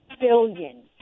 billion